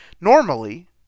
Normally